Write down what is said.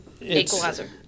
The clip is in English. Equalizer